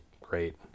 great